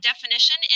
definition